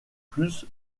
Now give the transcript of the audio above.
plus